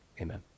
amen